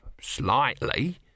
slightly